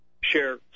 share